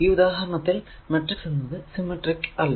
ഈ ഉദാഹരണത്തിൽ മാട്രിക്സ് എന്നത് സിമെട്രിക് അല്ല